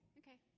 okay